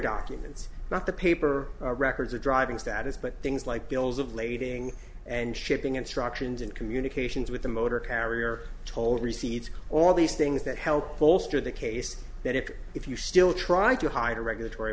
documents not the paper records or driving status but things like bills of lading and shipping instructions and communications with the motor carrier told recedes all these things that help bolster the case that if if you still try to hide a regulatory